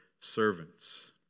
servants